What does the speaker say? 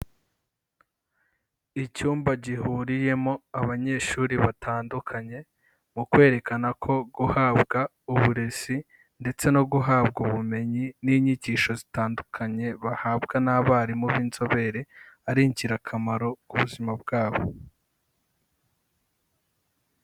Icyumba gihuriyemo abanyeshuri batandukanye mu kwerekana ko guhabwa uburezi ndetse no guhabwa ubumenyi n'inyigisho zitandukanye bahabwa n'abarimu b'inzobere, ari ingirakamaro ku buzima bwabo.